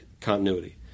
continuity